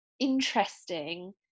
interesting